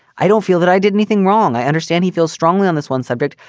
i don't feel that i did anything wrong. i understand he feels strongly on this one subject,